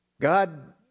god